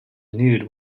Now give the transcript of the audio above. nude